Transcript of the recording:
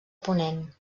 ponent